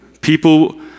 people